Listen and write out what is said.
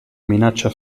minaccia